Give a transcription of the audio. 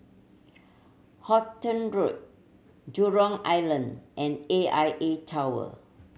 Halton Road Jurong Island and A I A Tower